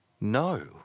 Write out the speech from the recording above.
No